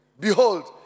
Behold